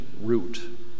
root